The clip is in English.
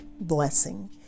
blessing